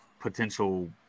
potential